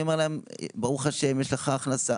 אני אומר להם: ברוך השם, יש לך הכנסה.